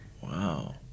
Wow